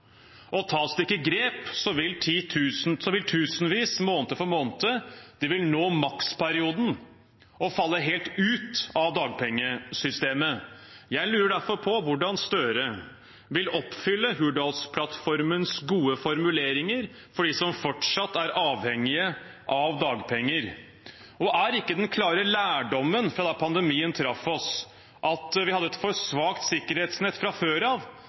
tas det ikke grep, vil tusenvis måned for måned nå maksperioden og falle helt ut av dagpengesystemet. Jeg lurer derfor på hvordan Gahr Støre vil oppfylle Hurdalsplattformens gode formuleringer for dem som fortsatt er avhengige av dagpenger. Er ikke den klare lærdommen fra da pandemien traff oss at vi hadde et for svart sikkerhetsnett fra før av,